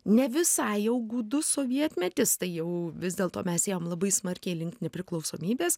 ne visai jau gūdus sovietmetis tai jau vis dėlto mes ėjom labai smarkiai link nepriklausomybės